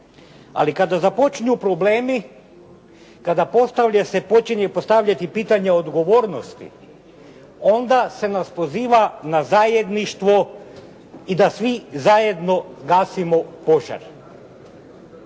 Ali kada započinju problemi, kada postavlja se, počinje postavljati pitanje odgovornosti onda se nas poziva na zajedništvo i da svi zajedno gasimo požar.